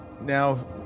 now